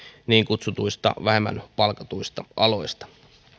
niin kutsutuista vähemmän palkatuista aloista